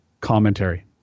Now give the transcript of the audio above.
commentary